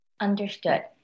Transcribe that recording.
Understood